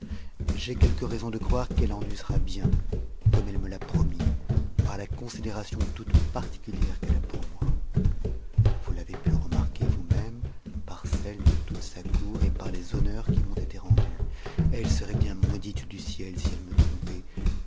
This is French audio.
j'ai quelque raison de croire qu'e te en usera hipn comme elle me l'a promis par la considération toute particutièrc qh'ehe a pour moi vous l'avez pu remarquer vous-même par celle de toute sa cour et par les honneurs qui m'ont été rendus elle serait bien maudite du ciel si elle me trompait